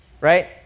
right